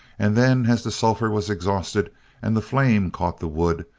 and then as the sulphur was exhausted and the flame caught the wood,